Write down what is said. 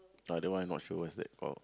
oh the one I'm not sure what's that called